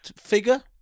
figure